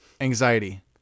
Anxiety